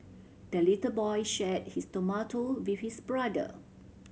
the little boy shared his tomato with his brother